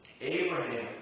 Abraham